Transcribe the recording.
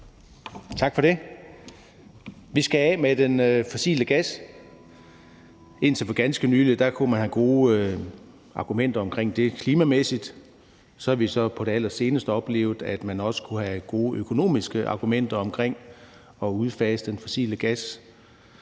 Tak for det. Vi skal af med den fossile gas. Indtil for ganske nylig kunne man have gode argumenter for det klimamæssigt. Så har vi på det allerseneste oplevet, at man også kunne have gode økonomiske argumenter for at udfase den fossile gas.